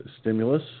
stimulus